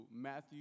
Matthew